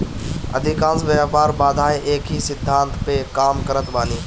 अधिकांश व्यापार बाधाएँ एकही सिद्धांत पअ काम करत बानी